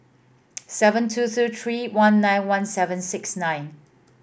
seven two two three one nine one seven six nine